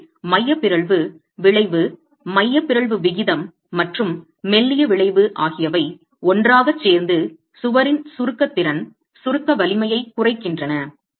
எனவே மைய பிறழ்வு விளைவு மைய பிறழ்வு விகிதம் மற்றும் மெல்லிய விளைவு ஆகியவை ஒன்றாகச் சேர்ந்து சுவரின் சுருக்கத் திறன் சுருக்க வலிமையைக் குறைக்கின்றன